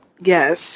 Yes